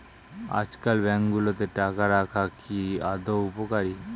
আজকাল ব্যাঙ্কগুলোতে টাকা রাখা কি আদৌ উপকারী?